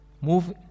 Move